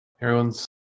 Everyone's